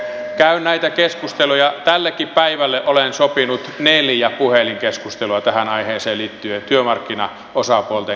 käyn näitä keskusteluja tällekin päivälle olen sopinut neljä puhelinkeskustelua tähän aiheeseen liittyen työmarkkinaosapuolten kanssa